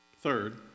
Third